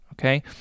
okay